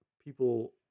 people